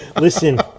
Listen